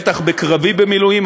בטח בקרבי במילואים.